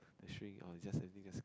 the string or it just anything just